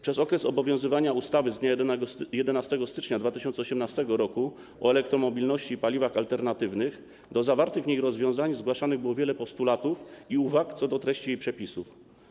Przez okres obowiązywania ustawy z dnia 11 stycznia 2018 r. o elektromobilności i paliwach alternatywnych do zawartych w niej rozwiązań zgłaszanych było wiele postulatów i uwag co do treści jej przepisów.